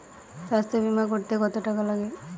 স্বাস্থ্যবীমা করতে কত টাকা লাগে?